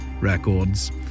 records